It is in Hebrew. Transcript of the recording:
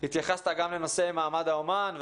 התייחסת גם לנושא מעמד האומן,